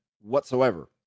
whatsoever